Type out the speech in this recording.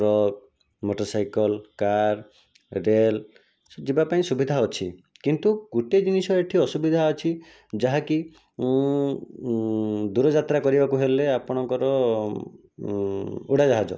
truck motorcycle car rail ଯିବା ପାଇଁ ସୁବିଧା ଅଛି କିନ୍ତୁ ଗୋଟିଏ ଜିନିଷ ଏଠି ଅସୁବିଧା ଅଛି ଯାହାକି ଦୂର ଯାତ୍ରା କରିବାକୁ ହେଲେ ଆପଣଙ୍କର ଉଡ଼ାଜାହାଜ